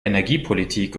energiepolitik